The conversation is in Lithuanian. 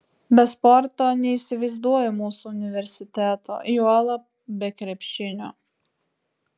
be sporto neįsivaizduoju mūsų universiteto juolab be krepšinio